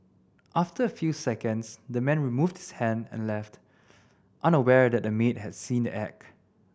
after a few seconds the man removed his hand and left unaware that the maid had seen the act